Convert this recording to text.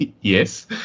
Yes